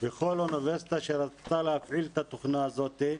בכל אוניברסיטה שרצתה להפעיל את התוכנה הזאת,